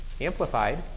amplified